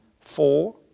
four